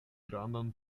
grandan